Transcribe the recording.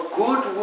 good